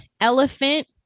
elephant